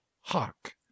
hark